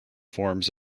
forms